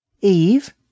Eve